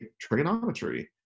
trigonometry